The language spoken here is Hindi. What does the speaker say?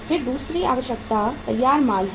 फिर दूसरी आवश्यकता तैयार माल है